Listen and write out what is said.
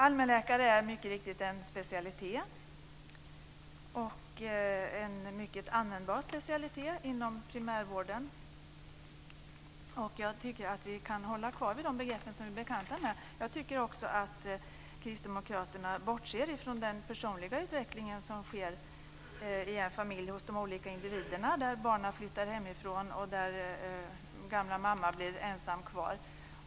Allmänmedicin är mycket riktigt en specialitet som är mycket användbar inom primärvården. Jag tycker att vi kan hålla kvar vid de begrepp som vi är bekanta med. Kristdemokraterna bortser från den personliga utveckling som sker hos de olika individerna i en familj. Barnen flyttar hemifrån och gamla mamma blir ensam kvar.